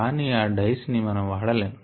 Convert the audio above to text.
కానీ ఆ డైస్ ని మనం వాడలేము